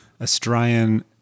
Australian